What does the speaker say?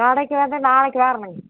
கடைக்கு வந்து நாளைக்கு வாரனுங்க